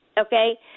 Okay